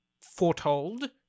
foretold